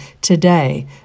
today